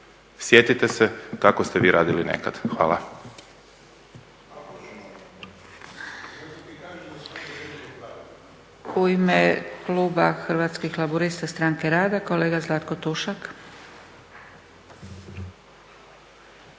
sjetite se kako ste vi radili nekad. Hvala.